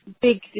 big